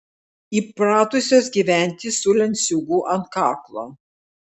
įpratusios gyventi su lenciūgu ant kaklo